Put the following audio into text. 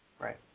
Right